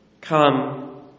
Come